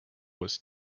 was